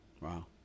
Wow